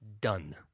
Done